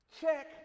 Check